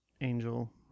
Angel